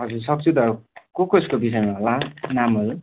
हजुर सक्छु त ककसको विषयमा होला नामहरू